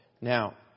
Now